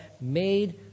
made